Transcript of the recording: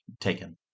taken